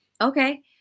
Okay